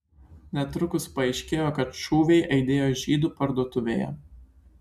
netrukus paaiškėjo kad šūviai aidėjo žydų parduotuvėje